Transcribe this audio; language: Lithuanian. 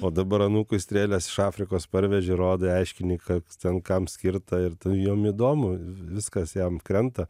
o dabar anūkui strėles iš afrikos parveži rodai aiškini koks ten kam skirta jom įdomu viskas jam krenta